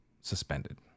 suspended